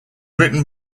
written